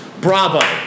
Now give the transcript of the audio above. Bravo